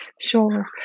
Sure